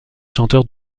chanteur